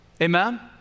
amen